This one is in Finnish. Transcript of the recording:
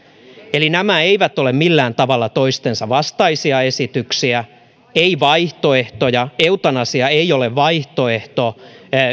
eli nämä eivät ole millään tavalla toistensa vastaisia esityksiä eivät vaihtoehtoja eutanasia ei ole vaihtoehto